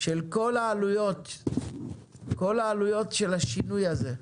של כל העלויות של השינוי הזה.